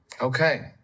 Okay